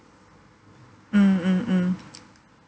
mm mm mm